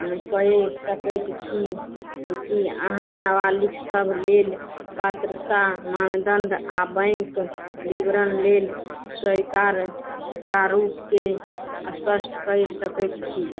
कै सकैत छी कि अहाँ नाबालिक सभ लेल पात्रता मानदंड आ बैंक विवरण लेल स्वीकार्य प्रारूपके स्पष्ट कै सकैत छी